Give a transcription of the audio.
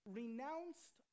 renounced